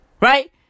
Right